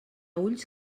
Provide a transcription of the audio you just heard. ulls